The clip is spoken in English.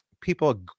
people